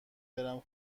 برم